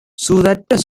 சூதற்ற